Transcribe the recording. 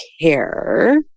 care